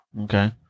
Okay